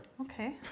Okay